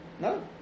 No